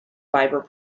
fiber